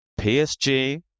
PSG